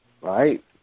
right